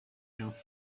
quinze